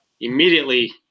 immediately